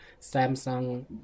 Samsung